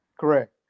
Correct